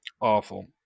Awful